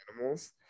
animals